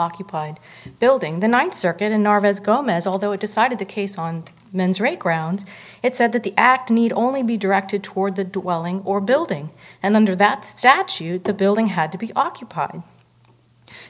occupied building the ninth circuit unnerve as gomez although it decided the case on the men's rate grounds it said that the act need only be directed toward the dwelling or building and under that statute the building had to be occupied